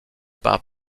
par